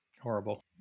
Horrible